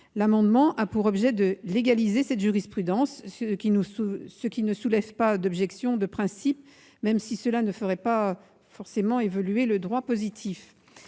L'amendement a pour objet de légaliser cette jurisprudence, ce qui ne soulève pas d'objection de principe, même si cela ne ferait pas forcément évoluer le droit positif.